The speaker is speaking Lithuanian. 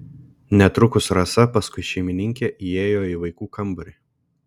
netrukus rasa paskui šeimininkę įėjo į vaikų kambarį